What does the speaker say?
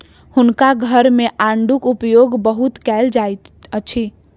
हुनका घर मे आड़ूक उपयोग बहुत कयल जाइत अछि